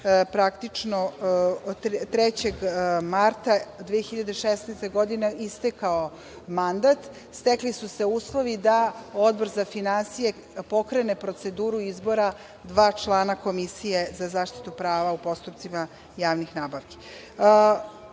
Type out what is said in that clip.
praktično, 03. marta 2016. godine istekao mandat, stekli su se uslovi da Odbor za finansije pokrene proceduru izbora dva člana Komisije za zaštitu prava u postupcima javnih nabavki. Treba